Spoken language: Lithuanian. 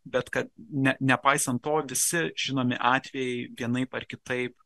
bet kad ne nepaisan to visi žinomi atvejai vienaip ar kitaip